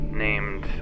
Named